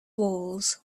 walls